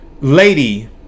lady